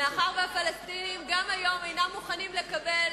מאחר שהפלסטינים גם היום אינם מוכנים לקבל